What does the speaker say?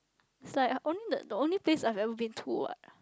is like only the the only place I've ever been to what